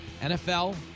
NFL